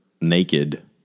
naked